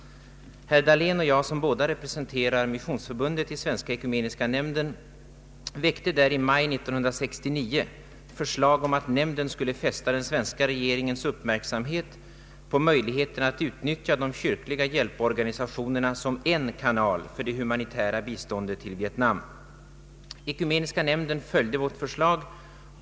Herr Dahlén och jag, som båda representerar Missionsförbundet i Svenska ekumeniska nämnden, väckte i maj 1969 förslag om att nämnden skulle fästa den svenska regeringens uppmärksamhet på möjligheten att utnytt ja de kyrkliga hjälporganisationerna som en kanal för det humanitära biståndet = till Vietnam. Ekumeniska nämnden följde vårt förslag.